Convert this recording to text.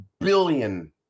billion